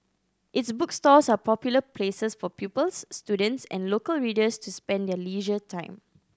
its bookstores are popular places for pupils students and local readers to spend their leisure time